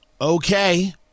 Okay